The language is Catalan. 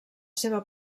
seva